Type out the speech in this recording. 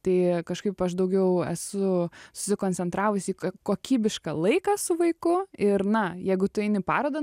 tai kažkaip aš daugiau esu susikoncentravusi kokybišką laiką su vaiku ir na jeigu tu eini į parodą